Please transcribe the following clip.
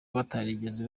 batarigeze